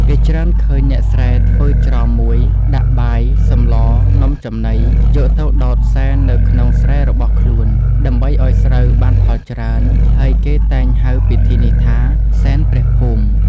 គេច្រើនឃើញអ្នកស្រែធ្វើច្រម១ ដាក់បាយ សម្ល នំចំណី យកទៅដោតសែននៅក្នុងស្រែរបស់ ខ្លួន ដើម្បីឲ្យស្រូវបានផលច្រើន ហើយគេតែងហៅពិធីនេះថា “សែនព្រះភូមិ” ។